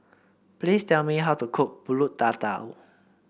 please tell me how to cook pulut Tatal